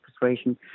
persuasion